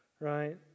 Right